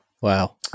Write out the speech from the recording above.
wow